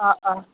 অঁ অঁ